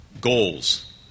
goals